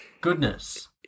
Goodness